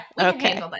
Okay